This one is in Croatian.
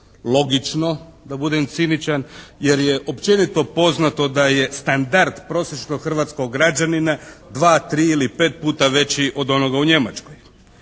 logično da budem ciničan, jer je općenito poznato da je standard prosječnog hrvatskog građanina dva, tri ili pet puta veći od onoga u Njemačkoj.